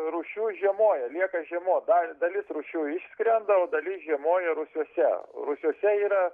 rūšių žiemoja lieka žiemot da dalis rūšių išskrenda o dalis žiemoja rūsiuose rūsiuose yra